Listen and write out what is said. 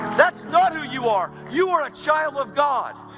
that's not who you are you are a child of god!